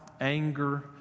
anger